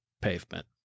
pavement